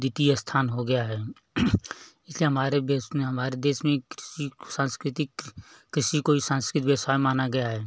द्वितीय स्थान हो गया है इसलिए हमारे देश में हमारे देश में कृषि को सांस्कृतिक कृषि को ही सांस्कृतिक व्यवसाय माना गया है